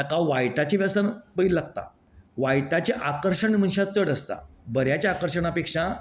आता वायटाची व्यासन पयली लागता वायटाचे आकर्शण मनशांक चड आसता बऱ्याचे आकर्शणां पेक्षा